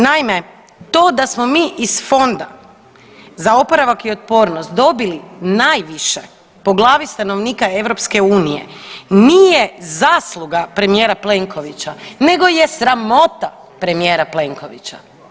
Naime, to da smo mi iz Fonda za oporavak i otpornost dobili najviše po glavi stanovnika EU nije zasluga premijera Plenkovića nego je sramota premijera Plenkovića.